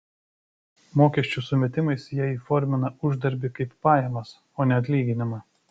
mokesčių sumetimais jie įformina uždarbį kaip pajamas o ne atlyginimą